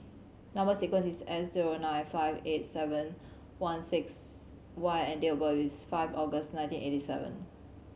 number sequence is S zero nine five eight seven one six Y and date of birth is five August nineteen eighty seven